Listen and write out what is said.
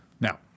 Now